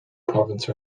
province